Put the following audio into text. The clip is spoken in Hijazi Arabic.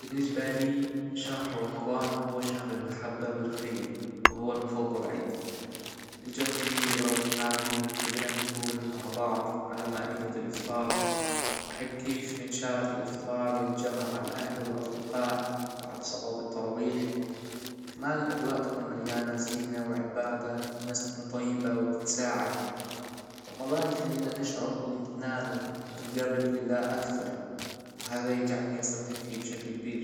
بالنسبالى شهر رمضان هو شهر المحبة و الخير وهو المفضل عندى الجو فيه روحانى وكلنا نكون مع بعض على مائدة الإفطار بحب كيف نتشارك الإفطار ونتجمع مع الأهل والأصدقاء بعد صلاة التراويح كمان الأجواء تكون مليانه زينة وعباده والناس تكون طيبة وتتساعد رمضان يخلينا نشعر بالإمتنان ونجرب لله أكثر وهذا يجعلنى استمتع فيه بشكل كبير